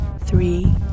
three